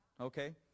okay